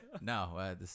No